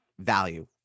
value